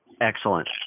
Excellent